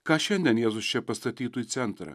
ką šiandien jėzus čia pastatytų į centrą